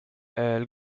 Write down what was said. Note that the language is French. elle